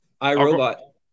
iRobot